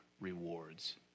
rewards